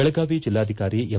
ಬೆಳಗಾವಿ ಜಿಲ್ಲಾಧಿಕಾರಿ ಎಂ